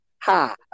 ha